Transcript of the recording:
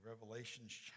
Revelations